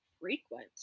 frequent